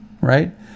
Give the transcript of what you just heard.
Right